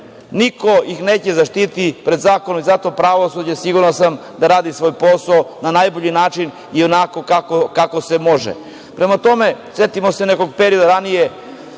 niko ih neće zaštititi pred zakonom i zato pravosuđe, siguran sam da radi svoj posao na najbolji način i onako kako se može. Prema tome, setimo se nekog perioda ranije